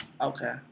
Okay